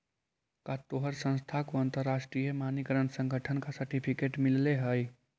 का तोहार संस्था को अंतरराष्ट्रीय मानकीकरण संगठन का सर्टिफिकेट मिलल हई